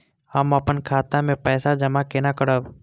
हम अपन खाता मे पैसा जमा केना करब?